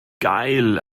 geil